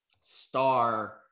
star